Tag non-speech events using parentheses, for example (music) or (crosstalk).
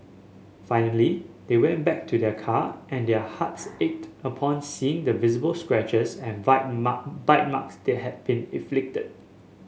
finally they went back to their car and their hearts ached upon seeing the visible scratches and bite (unintelligible) bite marks that had been inflicted